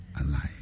alive